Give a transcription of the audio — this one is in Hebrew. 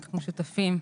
אנחנו שותפים,